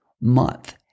month